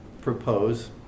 propose